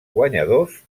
guanyadors